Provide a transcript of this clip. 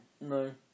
no